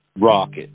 rocket